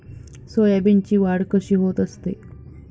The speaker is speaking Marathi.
सोयाबीनची वाढ कशी होत असते?